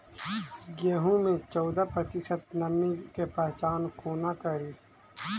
गेंहूँ मे चौदह प्रतिशत नमी केँ पहचान कोना करू?